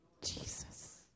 Jesus